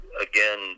again